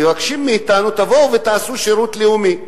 מבקשים מאתנו: תבואו ותעשו שירות לאומי.